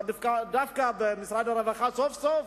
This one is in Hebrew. אבל דווקא במשרד הרווחה, סוף-סוף